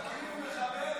אין לך בושה.